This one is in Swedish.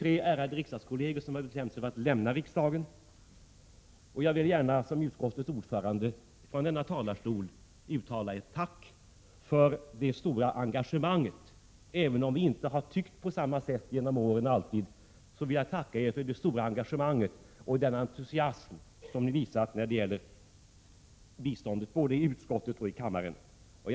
Det är tre ärade kolleger som har bestämt sig för att lämna riksdagen, och jag vill gärna som utskottets ordförande från denna talarstol uttala ett tack för det stora engagemang och den entusiasm som ni både i utskottet och i kammaren har visat när det gällt biståndet, även om vi inte alltid har tyckt på samma sätt genom åren.